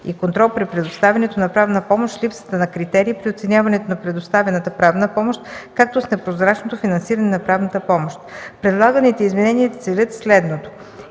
и контрол при предоставянето на правна помощ, липсата на критерии при оценяването на предоставяната правна помощ, както с непрозрачното финансиране на правната помощ. Предлаганите изменения целят следното: